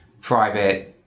private